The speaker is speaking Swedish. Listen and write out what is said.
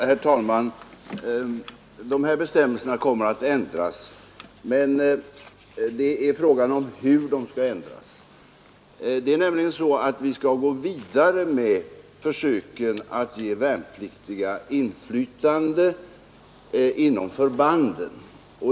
Herr talman! Dessa bestämmelser kommer att ändras, men frågan gäller hur de skall ändras. Vi skall nämligen gå vidare med försöken att ge värnpliktiga inflytande inom förbanden.